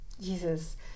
Jesus